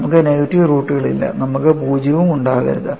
നമുക്ക് നെഗറ്റീവ് റൂട്ടുകൾ ഇല്ല നമുക്ക് 0 ഉം ഉണ്ടാകരുത്